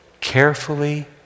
carefully